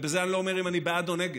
ובזה אני לא אומר אם אני בעד או נגד.